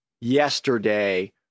yesterday